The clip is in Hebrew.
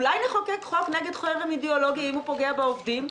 אולי נחוקק חוק נגד חרם אידיאולוגי אם הוא פוגע בעובדים?